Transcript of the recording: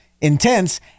intense